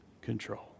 control